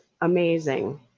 amazing